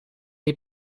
die